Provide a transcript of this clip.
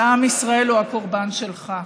אלא עם ישראל הוא הקורבן שלך,